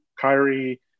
Kyrie